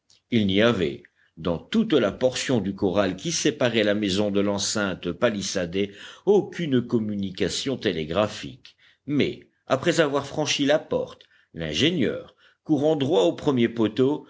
il n'y avait dans toute la portion du corral qui séparait la maison de l'enceinte palissadée aucune communication télégraphique mais après avoir franchi la porte l'ingénieur courant droit au premier poteau